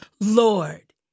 Lord